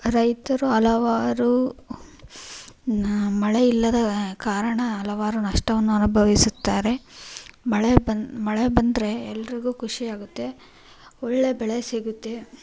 ರೈತರು ಹಲವಾರು ಮಳೆ ಇಲ್ಲದ ಕಾರಣ ಹಲವಾರು ನಷ್ಟವನ್ನು ಅನುಭವಿಸುತ್ತಾರೆ ಮಳೆ ಬನ್ ಮಳೆ ಬಂದರೆ ಎಲ್ಲರಿಗೂ ಖುಷಿ ಆಗುತ್ತೆ ಒಳ್ಳೆಯ ಬೆಳೆ ಸಿಗುತ್ತೆ